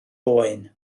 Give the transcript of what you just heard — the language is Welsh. oen